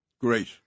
Great